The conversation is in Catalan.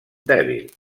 dèbil